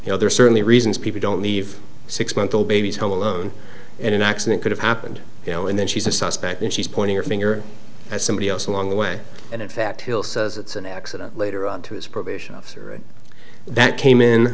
you know there are certainly reasons people don't leave a six month old baby home alone in an accident could have happened you know and then she's a suspect and she's pointing her finger at somebody else along the way and in fact hill says it's an accident later on to his probation officer that came in